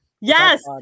Yes